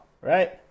right